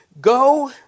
Go